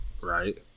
right